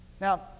Now